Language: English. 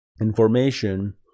information